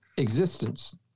Existence